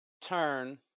turn